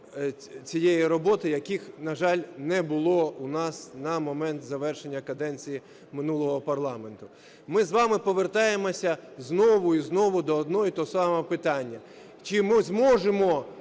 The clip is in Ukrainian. цієї роботи, яких, на жаль, не було у нас на момент завершення каденції минулого парламенту. Ми з вами повертаємося знову і знову до одного й того самого питання – чи ми зможемо